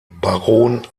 baron